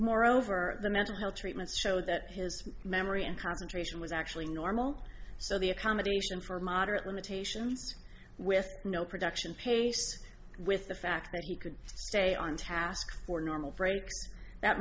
moreover the mental health treatments showed that his memory and concentration was actually normal so the accommodation for moderate limitations with no production pace with the fact that he could stay on task for normal brakes that